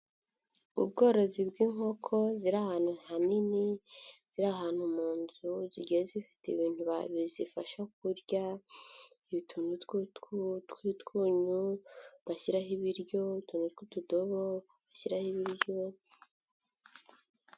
Ubworozi bw'inkoko ziri ahantu hanini, ziri ahantu mu nzu, zigiye zifite ibintu bizifasha kurya, utuntu tw'utwunyu bashyiraho ibiryo, utuntu tw'utudobo bashyiraho ibiryo.